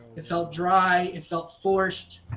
it felt dry. it felt forced.